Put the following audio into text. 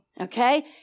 Okay